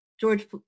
George